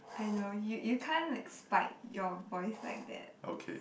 I know you you can't like spike your voice like that